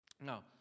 Now